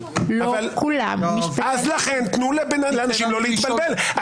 אז לכן תנו לאנשים לא להתבלבל.